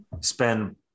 spend